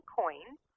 coins